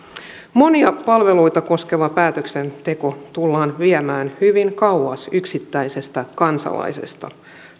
monia palveluita koskeva päätöksenteko tullaan viemään hyvin kauas yksittäisestä kansalaisesta